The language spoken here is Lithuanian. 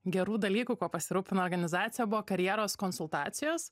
gerų dalykų ko pasirūpino organizacija buvo karjeros konsultacijos